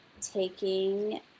taking